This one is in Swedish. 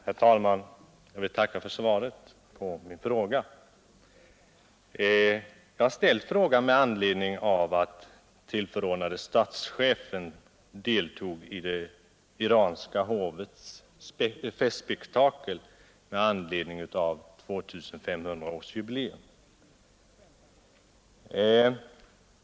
Herr talman! Jag vill tacka för svaret på min fråga. Jag har ställt frågan med anledning av att tillförordnade statschefen deltog i det iranska hovets festspektakel med anledning av 2 500-årsjubileet.